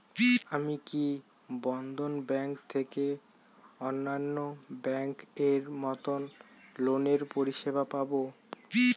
আমি কি বন্ধন ব্যাংক থেকে অন্যান্য ব্যাংক এর মতন লোনের পরিসেবা পাব?